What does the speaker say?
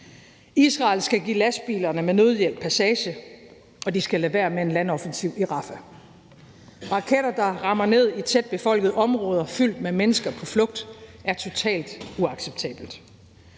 Israel skal give lastbilerne med nødhjælp passage, og de skal lade være med at foretage en landoffensiv i Rafah. Raketter, der rammer ned i tæt befolkede områder fyldt med mennesker på flugt, er total uacceptabelt.